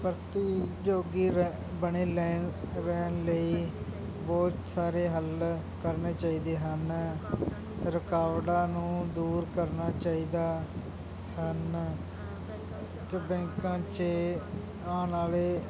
ਧਰਤੀ ਜੋਗੀ ਬੈ ਬਣੇ ਲੈਣ ਰਹਿਣ ਲਈ ਬਹੁਤ ਸਾਰੇ ਹੱਲ ਕਰਨੇ ਚਾਹੀਦੇ ਹਨ ਰੁਕਾਵਟਾਂ ਨੂੰ ਦੂਰ ਕਰਨਾ ਚਾਹੀਦਾ ਹਨ ਜੋ ਬੈਂਕਾਂ 'ਚ ਆਉਣ ਵਾਲੇ